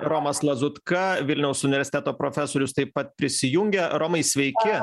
romas lazutka vilniaus universiteto profesorius taip pat prisijungia romai sveiki